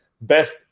Best